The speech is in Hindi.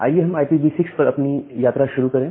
आइए हम IPv6 पर अपनी यात्रा शुरू करें